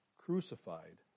crucified